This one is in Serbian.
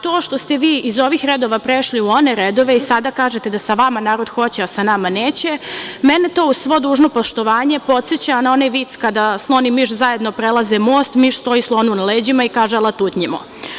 To što ste vi iz ovih redova prešli u one redove i sada kažete da sa vama narod hoće, a sa nama neće, mene to, uz svo dužno poštovanje, podseća na onaj vic kada slon i miš zajedno prelaze most, miš stoji slonu na leđima i kaže – ala tutnjimo.